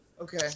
Okay